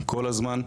כל הזמן.